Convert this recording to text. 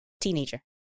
Teenager